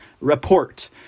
report